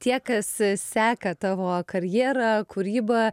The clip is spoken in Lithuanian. tie kas seka tavo karjerą kūrybą